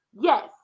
Yes